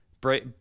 bright